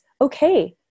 okay